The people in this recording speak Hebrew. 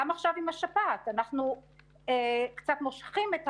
גם עכשיו עם השפעת אנחנו מושכים את